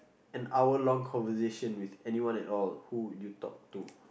an hour long conversation with anyone at all who will you talk to